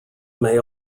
may